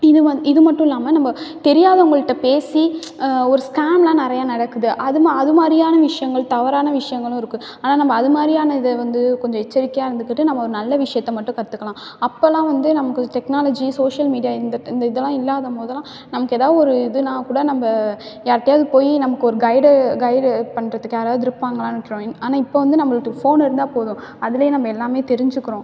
இது வந்து இது மட்டும் இல்லாமல் நம்ம தெரியாதவங்கள்ட்ட பேசி ஒரு ஸ்கேம்லாம் நிறையா நடக்குது அது மா அது மாதிரியான விஷயங்கள் தவறான விஷயங்களும் இருக்குது ஆனால் நம்ம அது மாதிரியான இதை வந்து கொஞ்சம் எச்சரிக்கையாக இருந்துக்கிட்டு நம்ம நல்ல விஷயத்தை மட்டும் கற்றுக்கலாம் அப்போல்லாம் வந்து நமக்கு டெக்னாலஜி சோஷியல் மீடியா இந்த இந்த இதல்லாம் இல்லாத போதுலாம் நமக்கு ஏதோ ஒரு இதுனா கூட நம்ம யார்ட்டையாவது போய் நமக்கு ஒரு கைடு கைடு பண்ணுறதுக்கு யாராவது இருப்பாங்களான்னு ஆனால் இப்போ வந்து நம்மளுக்கு ஃபோன் இருந்தால் போதும் அதுலேயே நம்ம எல்லாமே தெரிஞ்சுக்கிறோம்